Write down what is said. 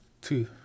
Two